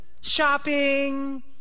Shopping